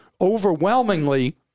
overwhelmingly